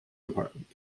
department